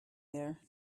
there